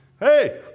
Hey